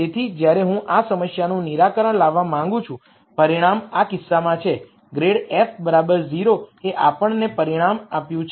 તેથી જ્યારે હું આ સમસ્યાનું નિરાકરણ લાવવા માંગું છું પરિણામ આ કિસ્સામાં છે ગ્રેડ f 0 એ આપણને પરિણામ આપ્યું છે